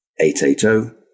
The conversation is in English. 880